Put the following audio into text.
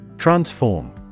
Transform